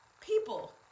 people